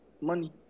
money